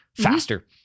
faster